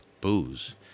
booze